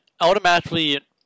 Automatically